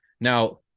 now